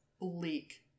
bleak